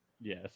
Yes